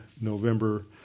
November